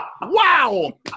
Wow